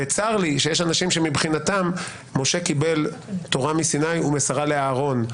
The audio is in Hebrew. וצר לי שיש אנשים שמבחינתם משה קיבל תורה מסיני ומסרה לאהרון,